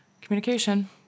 communication